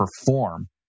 perform